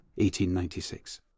1896